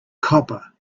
copper